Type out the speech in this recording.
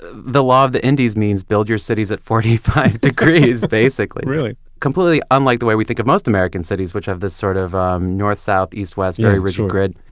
the law of the indies means build your cities at forty five degrees basically completely unlike the way we think of most american cities, which have this sort of north-south-east-west, very rigid grid.